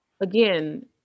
Again